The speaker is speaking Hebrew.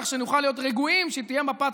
כך שנוכל להיות רגועים שהיא תהיה מפת